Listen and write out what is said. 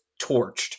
torched